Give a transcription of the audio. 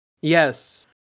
Yes